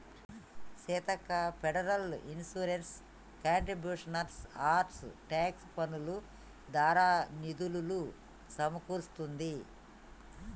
Seethakka federal insurance contributions act tax పన్నులు దారా నిధులులు సమకూరుస్తుంది